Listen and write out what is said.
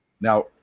Now